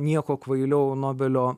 nieko kvailiau nobelio